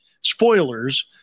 spoilers